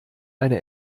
eine